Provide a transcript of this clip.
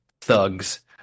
thugs